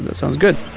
and sounds good